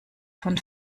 von